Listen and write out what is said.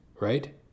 right